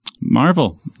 Marvel